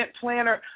planner